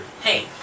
Hey